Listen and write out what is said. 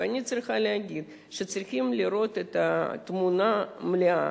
ואני צריכה להגיד שצריכים לראות את התמונה המלאה.